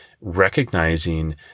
recognizing